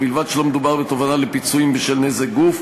ובלבד שלא מדובר בתובענה לפיצויים בשל נזק גוף,